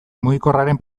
mugikorraren